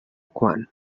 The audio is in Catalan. quan